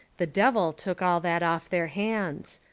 the devil took all that off their hands.